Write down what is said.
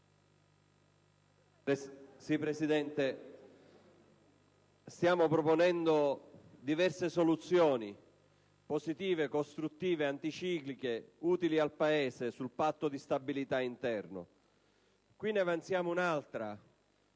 Presidente, stiamo proponendo diverse soluzioni positive, costruttive, anticicliche ed utili al Paese sul Patto di stabilità interno. Con tale emendamento